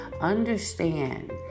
understand